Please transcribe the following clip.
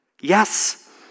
Yes